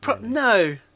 No